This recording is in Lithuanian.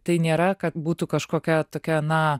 tai nėra kad būtų kažkokia tokia na